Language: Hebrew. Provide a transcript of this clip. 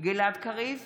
גלעד קריב,